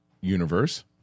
universe